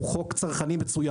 חלק כן וחלק